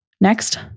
Next